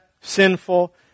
sinful